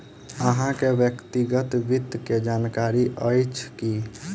अहाँ के व्यक्तिगत वित्त के जानकारी अइछ की?